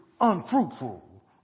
unfruitful